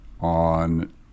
on